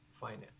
finance